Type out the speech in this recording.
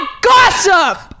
Gossip